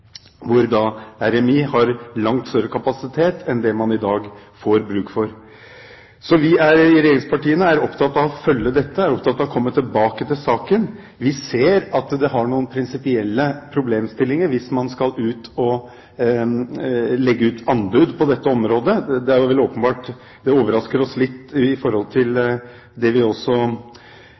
hvor RMI har langt større kapasitet enn det man i dag får bruk for. Vi i regjeringspartiene er opptatt av å følge dette, og vi er opptatt av å komme tilbake til saken. Vi ser at det er noen prinsipielle problemstillinger hvis man skal legge ut anbud på dette området. Det overrasker oss litt, med tanke på det